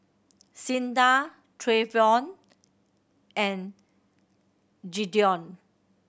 Cinda Trayvon and Gideon